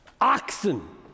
oxen